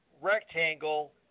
rectangle